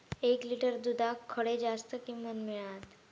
एक लिटर दूधाक खडे जास्त किंमत मिळात?